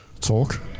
talk